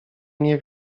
nie